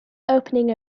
opening